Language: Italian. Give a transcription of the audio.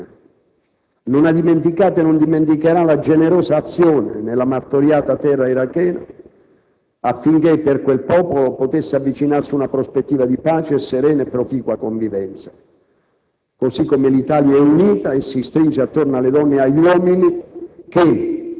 L'Italia non ha dimenticato e non dimenticherà mai i martiri di Nasiriya. Non ha dimenticato e non dimenticherà la generosa azione, nella martoriata terra irachena, affinché per quel popolo potesse avvicinarsi una prospettiva di pace, di serena e proficua convivenza,